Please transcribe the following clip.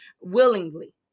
willingly